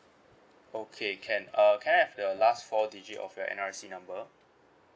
okay can uh can I have the last four digit of your N_R_I_C number